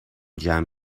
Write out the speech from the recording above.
جمع